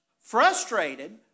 frustrated